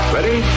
Ready